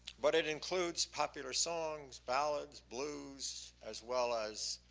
but it includes popular songs, ballads, blues as well as